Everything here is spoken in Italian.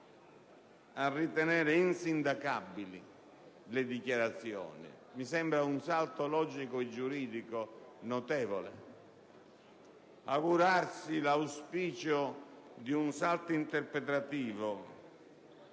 a ritenere insindacabili le dichiarazioni: mi sembra un salto logico e giuridico notevole. Augurarsi l'auspicio di un salto interpretativo